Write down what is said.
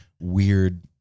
weird